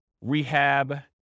rehab